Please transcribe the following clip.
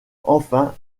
enfin